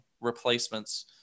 replacements